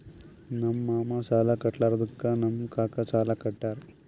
ನಮ್ ಮಾಮಾ ಸಾಲಾ ಕಟ್ಲಾರ್ದುಕ್ ನಮ್ ಕಾಕಾ ಸಾಲಾ ಕಟ್ಯಾರ್